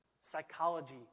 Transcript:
psychology